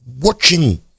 watching